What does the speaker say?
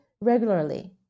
regularly